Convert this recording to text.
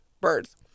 Birds